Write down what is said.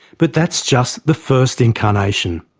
but that's just the first incarnation.